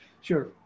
Sure